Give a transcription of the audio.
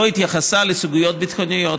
לא התייחסה לסוגיות ביטחוניות,